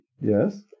Yes